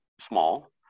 small